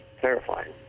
terrifying